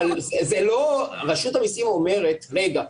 אבל רשות המיסים אומרת: רגע,